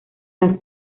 las